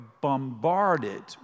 bombarded